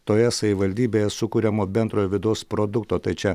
toje savivaldybėje sukuriamo bendrojo vidaus produkto tai čia